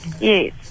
Yes